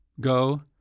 Go